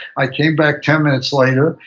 i came back ten minutes later.